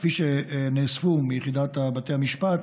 כפי שנאספו מיחידת בתי המשפט,